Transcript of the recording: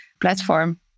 platform